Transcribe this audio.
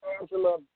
Angela